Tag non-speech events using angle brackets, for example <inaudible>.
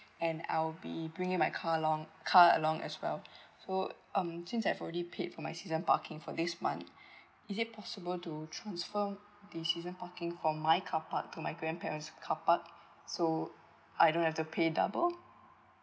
and I'll be bringing my car along car along as well so um since I've already paid for my season parking for this month <breath> is it possible to transfer the season parking from my carpark to my grandparents carpark so I don't have to pay double